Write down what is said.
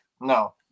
No